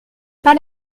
pas